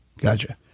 Gotcha